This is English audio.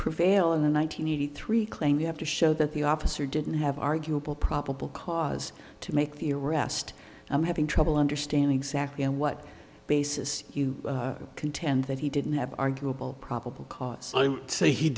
prevail in the one nine hundred eighty three claim you have to show that the officer didn't have arguable probable cause to make the arrest i'm having trouble understanding exactly on what basis you contend that he didn't have arguable probable cause i'm say he